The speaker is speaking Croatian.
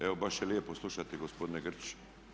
Evo baš je lijepo slušati gospodina Grčića.